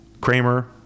Kramer